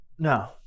No